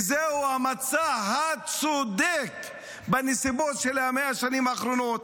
זה המצע הצודק בנסיבות של 100 השנים האחרונות.